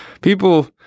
people